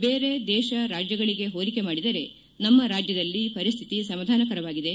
ಬೇರೆ ದೇಶ ರಾಜ್ಯಗಳಿಗೆ ಹೊಲಿಕೆ ಮಾಡಿದರೆ ನಮ್ಮ ರಾಜ್ಯದಲ್ಲಿ ಪರಿಸ್ಥಿತಿ ಸಮಾಧಾನಕರವಾಗಿದೆ